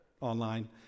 online